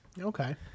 Okay